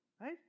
right